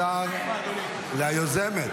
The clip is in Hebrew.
----- יוזמת?